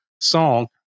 song